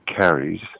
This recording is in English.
carries